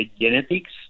genetics